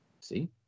See